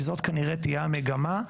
וזאת כנראה תהיה המגמה.